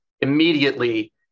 immediately